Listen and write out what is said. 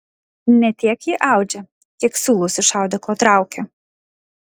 ne tiek ji audžia kiek siūlus iš audeklo traukia